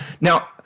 Now